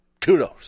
kudos